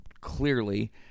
clearly